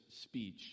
speech